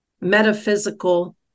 metaphysical